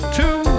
two